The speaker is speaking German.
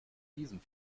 diesem